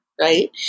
right